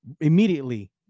immediately